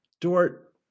Dort